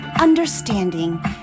understanding